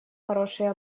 хороший